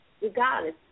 Regardless